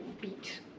beat